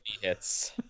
hits